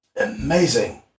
amazing